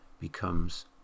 becomes